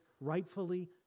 rightfully